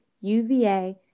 UVA